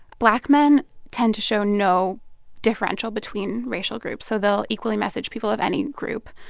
black men tend to show no differential between racial groups. so they'll equally message people of any group.